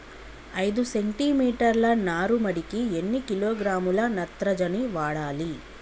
ఐదు సెంటి మీటర్ల నారుమడికి ఎన్ని కిలోగ్రాముల నత్రజని వాడాలి?